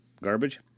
garbage